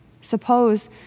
Suppose